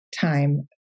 time